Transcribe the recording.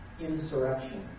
insurrection